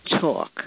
talk